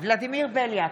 ולדימיר בליאק,